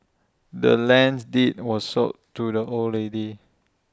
the land's deed was sold to the old lady